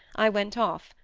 i went off,